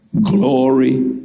glory